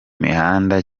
mihanda